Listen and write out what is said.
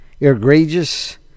egregious